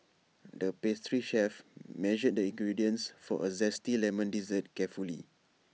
the pastry chef measured the ingredients for A Zesty Lemon Dessert carefully